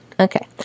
Okay